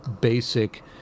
basic